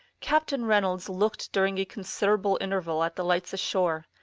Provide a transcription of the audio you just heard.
captain reynolds looked during a considerable interval at the lights ashore,